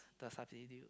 the substitute